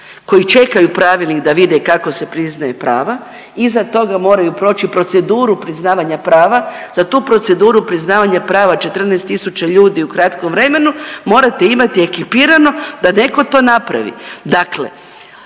koji čekaju pravilnik da vide kako se priznaju prava, iza toga moraju proći proceduru priznavanja prava. Za tu proceduru priznavanja prava 14 tisuća ljudi u kratkom vremenu morate imati ekipirano da netko to napravi.